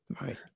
Right